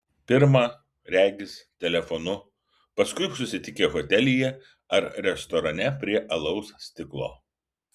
pirma regis telefonu paskui susitikę hotelyje ar restorane prie alaus stiklo